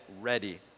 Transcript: ready